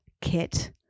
Kit